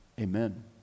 Amen